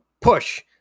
push